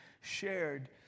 shared